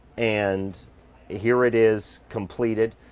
and here it is completed.